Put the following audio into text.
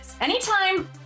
anytime